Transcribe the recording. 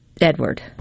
Edward